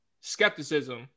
skepticism